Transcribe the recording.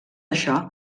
això